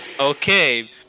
Okay